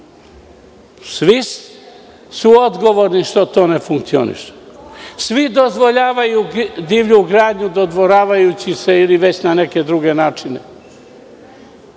Svi su odgovorni što to ne funkcioniše. Svi dozvoljavaju divlju gradnju dodvoravajući se ili već na neke druge načine.